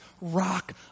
rock